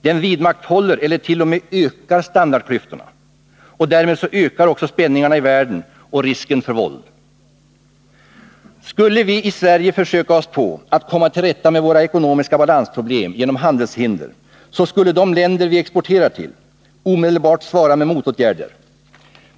Den vidmakthåller eller t.o.m. ökar standardklyftorna. Därmed ökar också spänningarna i världen och risken för våld. Skulle vi i Sverige försöka oss på att komma till rätta med våra ekonomiska balansproblem genom handelshinder, skulle de länder vi exporterar till omedelbart svara med motåtgärder.